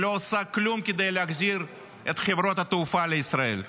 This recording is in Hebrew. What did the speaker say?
שלא עושה כלום כדי להחזיר את חברות התעופה לישראל,